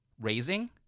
raising